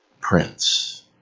prince